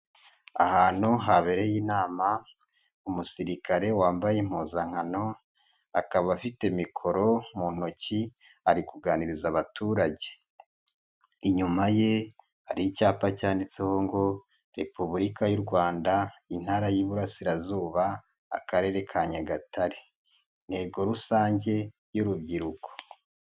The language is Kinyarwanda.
Ahantu habereye inama umusirikare wambaye impuzankano, akaba afite mikoro mu ntoki ari kuganiriza abaturage. Inyuma ye hari icyapa cyanditseho ngo repubulika y'u Rwanda, intara y'Iburasirazuba, Akarere ka Nyagatare. Intego rusange y'urubyiruko.